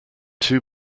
two